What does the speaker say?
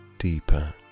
deeper